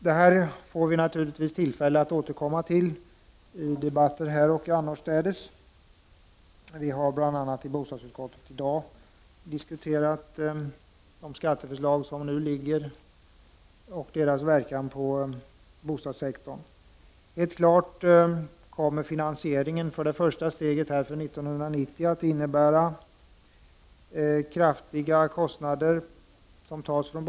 Detta får vi tillfälle att återkomma till i debatten här och annorstädes. Vi har bl.a. i dag i bostadsutskottet diskuterat de skatteförslag som framlagts och deras verkan på bostadssektorn. Finansieringen av det första steget av skattereformen kommer för år 1990 att innebära kraftigt ökade kostnader inom bostadssektorn.